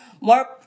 more